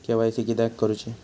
KYC किदयाक करूची?